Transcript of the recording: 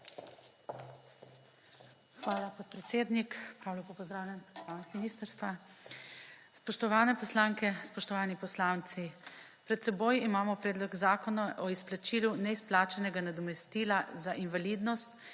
Hvala, podpredsednik. Prav lepo pozdravljeni, predstavnik ministrstva! Spoštovane poslanke, spoštovani poslanci! Pred seboj imamo Predlog zakona o izplačilu neizplačanega nadomestila za invalidnost,